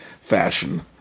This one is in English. fashion